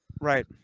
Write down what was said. right